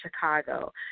Chicago